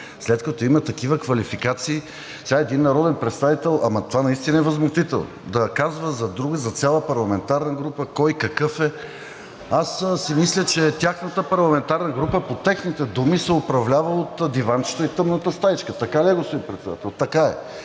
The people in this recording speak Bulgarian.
след като има такива квалификации и сега един народен представител – ама това наистина е възмутително – да казва за друг, за цяла парламентарна група кой какъв е. Мисля си, че тяхната парламентарна група по техните думи се управлява от диванчето и тъмната стаичка. Така ли е, господин Председател? Така е!